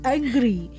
Angry